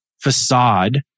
facade